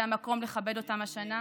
זה המקום לכבד אותן השנה.